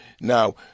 now